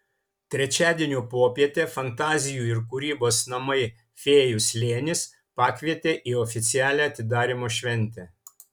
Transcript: trečiadienio popietę fantazijų ir kūrybos namai fėjų slėnis pakvietė į oficialią atidarymo šventę